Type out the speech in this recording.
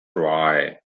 dry